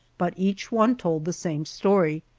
but each one told the same story,